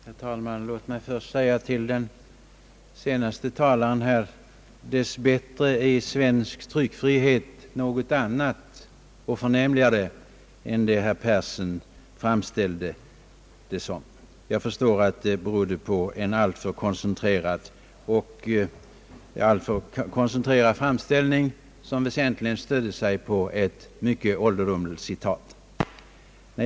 Herr talman! Låt mig först säga till den senaste talaren: Dessbättre är svensk tryckfrihet något annat och förnämligare än herr Fritz Persson framställde det. Jag förstår att detta berodde på en alltför koncentrerad framställning, som väsentligen stödde sig på ett ålderdomligt citat.